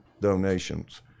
donations